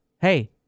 Hey